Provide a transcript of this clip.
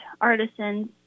artisans